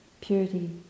purity